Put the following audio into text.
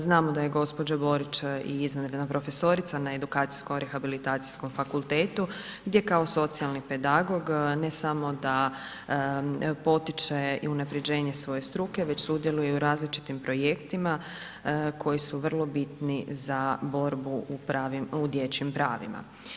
Znamo da je gđa. Borić i izvanredna profesorica Edukacijsko-rehabilitacijskom fakultetu gdje kao socijalni pedagog ne samo da potiče i unaprjeđenje svoje struke već sudjeluje i u različitim projektima koji su vrlo bitni za borbu u dječjim pravima.